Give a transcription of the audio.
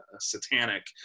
satanic